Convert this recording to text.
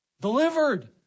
Delivered